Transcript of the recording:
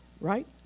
right